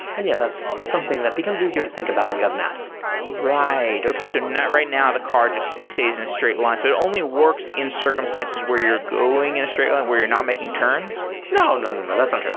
and yeah, that's something that becomes easier to think about when you have maps right. okay. so right now, the car just stays in a straight line. so it only works in circumstances where you're going in and a straight line, where you're not making turns? no, no, no, no. that's not true.